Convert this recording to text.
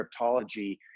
cryptology